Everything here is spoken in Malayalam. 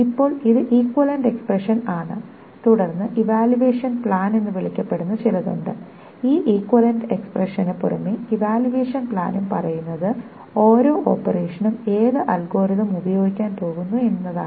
ഇപ്പോൾ ഇത് ഈക്വിവാലെന്റ് എക്സ്പ്രെഷൻ ആണ് തുടർന്ന് ഇവാലുവേഷൻ പ്ലാൻ എന്ന് വിളിക്കപ്പെടുന്ന ചിലതുണ്ട് ഈ ഈക്വിവാലെന്റ് എക്സ്പ്രെഷന് പുറമേ ഇവാലുവേഷൻ പ്ലാനും പറയുന്നത് ഓരോ ഓപ്പറേഷനും ഏത് അൽഗോരിതം ഉപയോഗിക്കാൻ പോകുന്നു എന്നാണ്